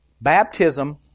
Baptism